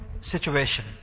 situation